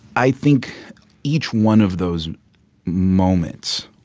i think each one of those moments,